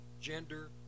gender